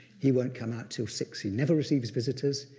he won't come out till six. he never receives visitors,